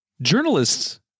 Journalists